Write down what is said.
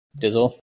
dizzle